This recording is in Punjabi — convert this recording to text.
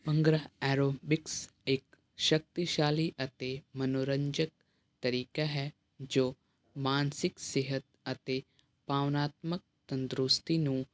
ਭੰਗੜਾ ਐਰੋਬਿਕਸ ਇੱਕ ਸ਼ਕਤੀਸ਼ਾਲੀ ਅਤੇ ਮਨੋਰੰਜਕ ਤਰੀਕਾ ਹੈ ਜੋ ਮਾਨਸਿਕ ਸਿਹਤ ਅਤੇ ਭਾਵਨਾਤਮਕ ਤੰਦਰੁਸਤੀ ਨੂੰ